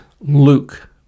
Luke